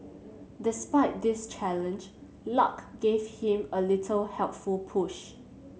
despite this challenge luck gave him a little helpful push